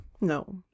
No